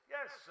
Yes